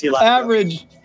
Average